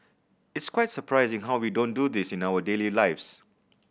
it's quite surprising how we don't do this in our daily lives